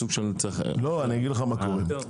אני אגיד לך מה קורה,